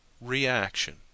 reaction